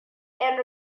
and